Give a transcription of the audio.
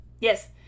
Yes